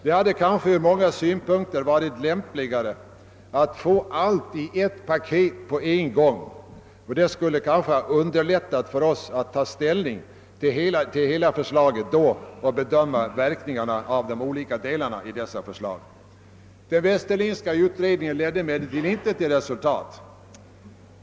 Det hade ur många synpunkter varit lämpligare att få allt i ett paket på en gång. Det skulle ha underlättat för oss att ta ställning till hela förslaget och bedöma verkningarna av de olika delarna i förslaget. Den Westerlindska utredningen ledde emellertid inte till resultat.